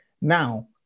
Now